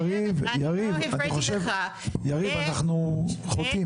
יריב, בבקשה תן לה לדבר.